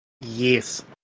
Yes